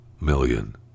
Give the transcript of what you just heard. million